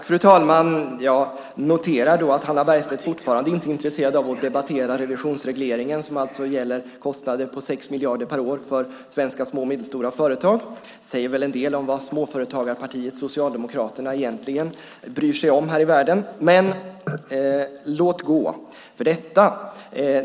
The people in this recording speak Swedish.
Fru talman! Jag noterar att Hannah Bergstedt fortfarande inte är intresserad av att debattera revisionsregleringen som alltså gäller kostnader på 6 miljarder per år för svenska små och medelstora företag. Det säger väl en del om vad småföretagarpartiet Socialdemokraterna egentligen bryr sig om här i världen. Men låt gå för detta.